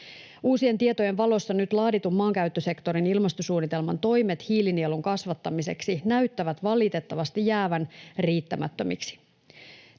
Uusien tietojen valossa nyt laaditun maankäyttösektorin ilmastosuunnitelman toimet hiilinielun kasvattamiseksi näyttävät valitettavasti jäävän riittämättömiksi.